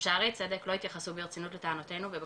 שערי צדק לא התייחסו ברצינות לטענותינו ולבקשותינו,